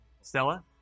Stella